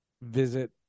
visit